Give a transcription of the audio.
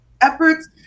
efforts